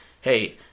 hey